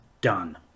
done